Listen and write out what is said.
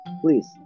Please